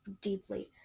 deeply